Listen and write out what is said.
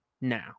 now